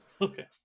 okay